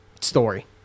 story